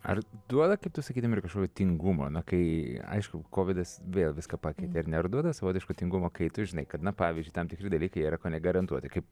ar duoda kaip tu sakei tame kažkokio tingumo kai aišku kovidas vėl viską pakeitė ar ne ar duoda savotiško tingumo kai tu žinai kad na pavyzdžiui tam tikri dalykai yra kone garantuoti kaip